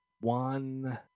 One